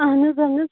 اہن حَظ اہن حَظ